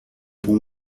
bons